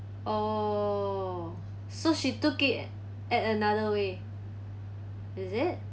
oh so she took it an~ another way is it